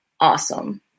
awesome